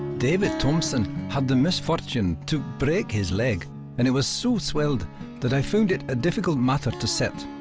david thompson had the misfortune to break his leg and it was so swelled that i found it a difficult matter to set